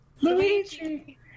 Luigi